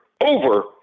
over